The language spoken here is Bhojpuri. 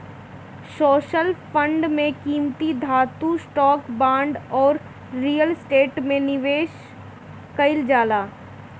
सोशल फंड में कीमती धातु, स्टॉक, बांड अउरी रियल स्टेट में निवेश कईल जाला